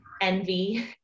envy